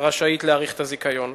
רשאית להאריך את הזיכיון.